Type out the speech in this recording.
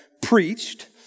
preached